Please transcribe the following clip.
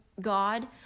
God